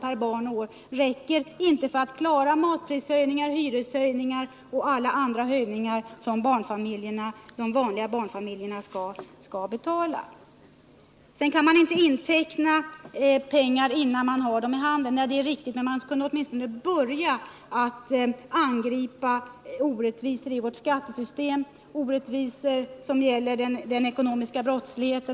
per barn och år inte räcker för att klara matprishöjningarna, hyreshöjningar och alla andra höjningar som de vanliga barnfamiljerna skall betala. Man kan inte inteckna pengar innan man har dem i handen, säger Gabriel Romanus vidare. Det är riktigt, men man kunde åtminstone börja att angripa orättvisor i vårt skattesystem och de orättvisor som blir följden av den ekonomiska brottsligheten.